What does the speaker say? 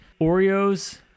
Oreos